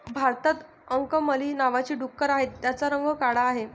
भारतात अंकमली नावाची डुकरं आहेत, त्यांचा रंग काळा आहे